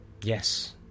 Yes